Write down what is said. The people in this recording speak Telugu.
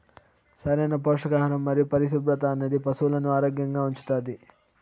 సరైన పోషకాహారం మరియు పరిశుభ్రత అనేది పశువులను ఆరోగ్యంగా ఉంచుతాది